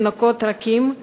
תינוקות רכים,